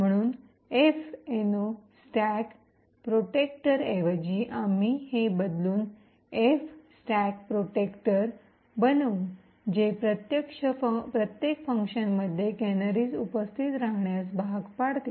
म्हणून -एफनो स्टॅक संरक्षक ऐवजी आम्ही हे बदलून -एफ स्टॅक संरक्षक बनवू जे प्रत्येक फंक्शनमध्ये कॅनरीज उपस्थित राहण्यास भाग पाडते